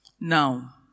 now